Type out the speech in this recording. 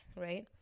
right